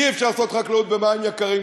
אי-אפשר לעשות חקלאות במים יקרים,